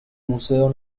museo